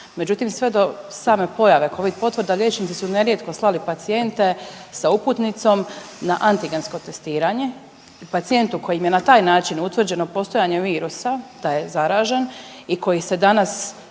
Međutim, sve do same pojave Covid potvrda liječnici su nerijetko slali pacijente sa uputnicom na antigensko testiranje. Pacijentu kojem je na taj način utvrđeno postojanje virusa da je zaražen i koji se danas